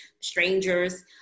strangers